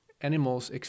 animals